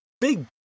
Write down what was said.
big